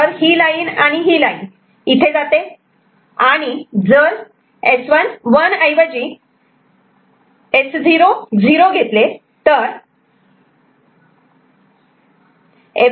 तर ही लाइन आणि ही लाइन इथे जाते आणि जर S1 1 ऐवजी S0 0 घेतले तर F1 1